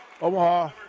Omaha